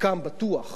חלקם בטוח